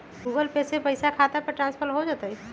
Google Pay से पईसा खाता पर स्थानानंतर हो जतई?